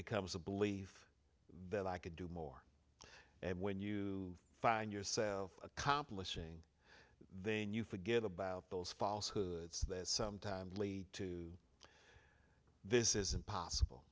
becomes a belief that i could do more when you find yourself accomplishing then you forget about those false hoods that sometimes lead to this is impossible